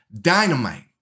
dynamite